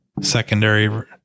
secondary